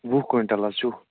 وُہ کوینٹَل حظ چھُو